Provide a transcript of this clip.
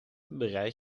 bereid